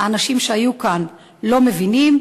האנשים שהיו כאן לא מבינים.